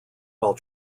while